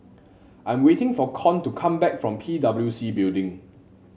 I am waiting for Con to come back from P W C Building